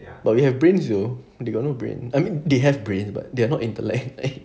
but we have brains though they got no brain I mean they have brains but they are not intellect